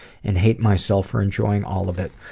and hate myself for enjoying all of it.